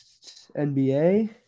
NBA